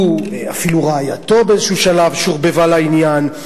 הוא, אפילו רעייתו באיזה שלב שורבבה לעניין.